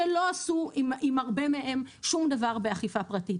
שלא עשו עם הרבה מהם שום דבר באכיפה פרטית.